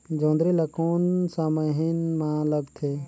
जोंदरी ला कोन सा महीन मां लगथे?